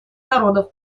народов